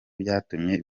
byatumye